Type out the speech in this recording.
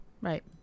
Right